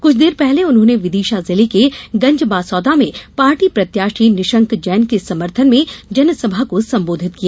कुछ देर पहले उन्होंने विदिशा जिले के गंजबासौदा में पार्टी प्रत्याशी निशंक जैन के समर्थन में जनसभा को सम्बोधित किया